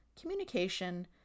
communication